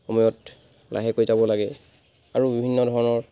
সময়ত লাহেকৈ যাব লাগে আৰু বিভিন্ন ধৰণৰ